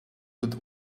could